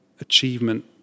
achievement